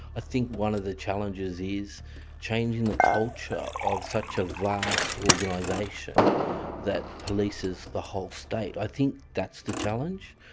ah think one of the challenges is changing the culture of such a vast organisation that polices the whole state, i think that's the challenge.